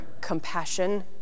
compassion